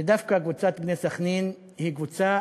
ודווקא קבוצת "בני סח'נין" היא קבוצה